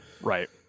Right